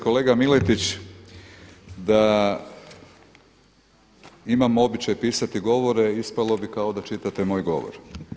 Kolega Miletić, da imam običaj pisati govore ispalo bi kao da čitate moj govor.